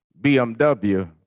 BMW